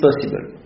possible